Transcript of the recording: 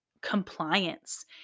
compliance